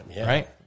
right